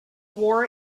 war